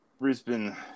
Brisbane